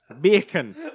Bacon